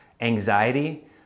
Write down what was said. anxiety